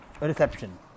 reception